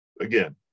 again